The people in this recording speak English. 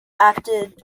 acted